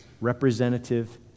representative